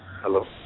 Hello